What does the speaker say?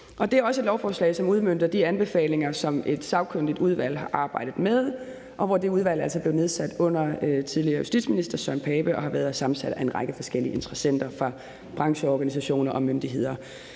Det er også et lovforslag, som udmønter de anbefalinger, som et sagkyndigt udvalg har arbejdet med, og det udvalg blev nedsat under tidligere justitsminister hr. Søren Pape Poulsen og har været sammensat af en række interessenter fra brancheorganisationer og myndigheder,